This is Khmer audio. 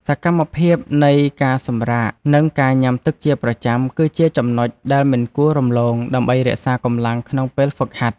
សកម្មភាពនៃការសម្រាក និងការញ៉ាំទឹកជាប្រចាំ គឺជាចំណុចដែលមិនគួររំលងដើម្បីរក្សាកម្លាំងក្នុងពេលហ្វឹកហាត់។